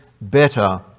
better